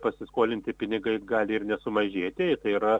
pasiskolinti pinigai gali ir nesumažėti tai yra